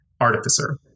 Artificer